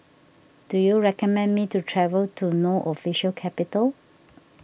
do you recommend me to travel to No Official Capital